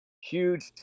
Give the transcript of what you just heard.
huge